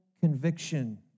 conviction